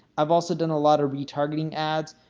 i've also done a lot of retargeting ads,